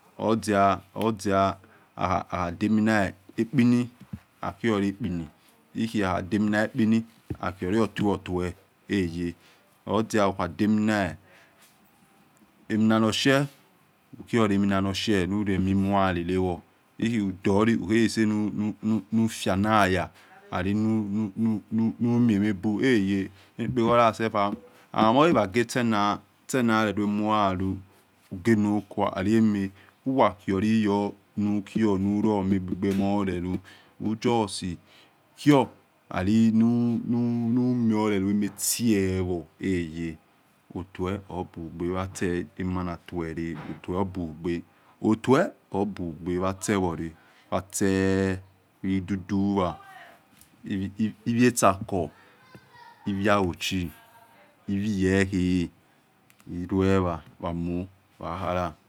Odia odia hahademina ekpino hakhilolo ekpini ikhoho hahademina ekpino akholi otuel otuϵl heyei odia huhademina noshe hukhioti eminanoshe nuhalolewo hekhe udoli huhelesenunu fianaya lalinumie mhebu heye eniekpekholo hehagetsena naleluhemuyalu hugenokwa lalolamou huwakhioliyonuro mieegbegbemor relu nu just kluo lalinunu miolelumhetiowor heyo otuel obugbe wa tse wamannatuel re obugbe otuel obugbe wa tse idudu wa ihia etsako ivia auchi ovia oye kha eruewa wamo wakharagbe.